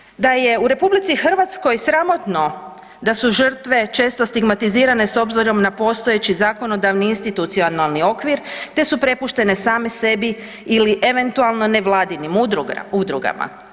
To znači da je u RH sramotno da su žrtve često stigmatizirane s obzirom na postojeći zakonodavni institucionalni okvir te su prepuštene same sebi ili eventualno nevladinim udrugama.